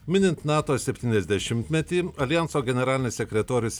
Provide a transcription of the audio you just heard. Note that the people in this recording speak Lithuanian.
minint nato septyniasdešimtmetį aljanso generalinis sekretorius